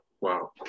Wow